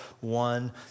one